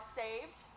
saved